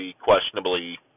questionably